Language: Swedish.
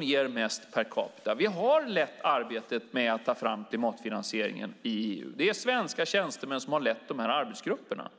ger mest per capita. Vi har lett arbetet med att ta fram klimatfinansieringen i EU. Det är svenska tjänstemän som har lett de arbetsgrupperna.